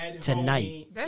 tonight